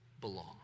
belong